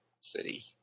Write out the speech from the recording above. city